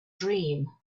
dream